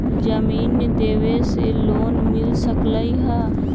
जमीन देवे से लोन मिल सकलइ ह?